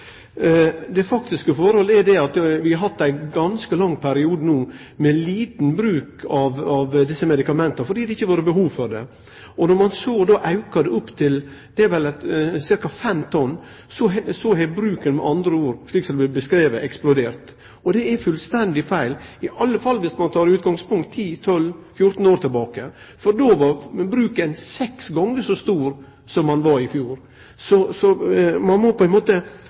Det faktiske forholdet er at vi no har hatt ein ganske lang periode med lite bruk av desse medikamenta, fordi det ikkje har vore behov for det. Når ein så aukar det til ca. 5 tonn, så har bruken med andre ord – slik det har vorte framstilt – eksplodert. Det er fullstendig feil, i alle fall dersom ein tek utgangspunktet i bruken for 10–14 år tilbake, for då var han seks gonger så stor som han var i fjor. Så ein må på ein måte